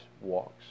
walks